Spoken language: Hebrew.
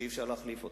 שאי-אפשר להחליף אותה.